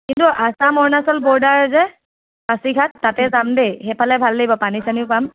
কিন্তু আসাম অৰুণাচলৰ বৰ্ডাৰ যে পাচিঘাট তাতে যাম দেই সেইফালে ভাল লাগিব পানী চানীও পাম